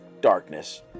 darkness